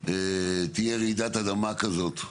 תהיה רעידת אדמה כזאת.